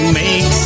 make